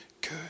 good